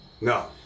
No